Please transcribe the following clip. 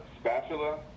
spatula